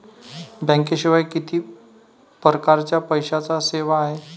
बँकेशिवाय किती परकारच्या पैशांच्या सेवा हाय?